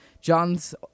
John's